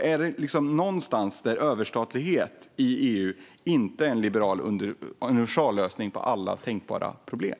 Är det någonstans där överstatlighet i EU inte är en liberal universallösning på alla tänkbara problem?